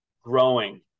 growing